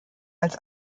als